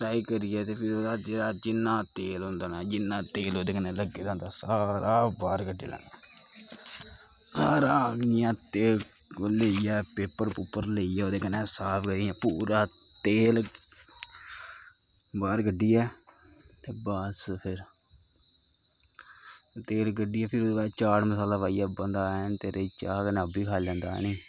fry करियै ते फिर ओह्दा जिन्ना तेल होंदा ना जिन्ना तेल ओह्दे कन्नै लग्गे दा होंदा सारा बाह्र कड्डी लैना सारा इ'यां तेल लेइयै पेपर पुपर लेइयै ओह्दे कन्नै साफ करियै पूरा तेल बाह्र कड्डियै ते बस फिर तेल कड्डियै फिर ओह्दे बाद चाट मसाला पाइयै बंदा हैं तेरे दी चाह् कन्नै ओह् बी खाई लैंदा हैनी